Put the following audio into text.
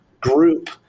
group